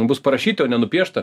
bus parašyti o ne nupiešta